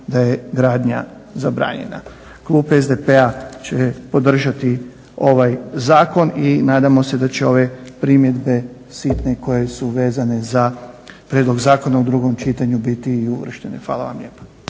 da je gradnja zabranjena. Klub SDP-a će podržati ovaj zakon i nadamo se da će ove primjedbe sitne koje su vezane za prijedlog zakona u drugom čitanju biti i uvrštene. Hvala vam lijepa.